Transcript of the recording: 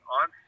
on